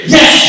Yes